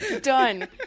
Done